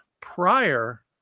prior